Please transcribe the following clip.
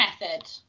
method